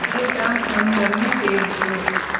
item ಒಂದನ್ನು ಸೇರಿಸು